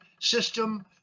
system